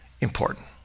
important